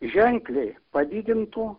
ženkliai padidintų